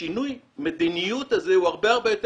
שינוי המדיניות הזה הוא הרבה הרבה יותר